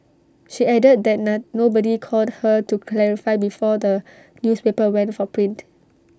she added that the nobody called her to clarify before the newspaper went for print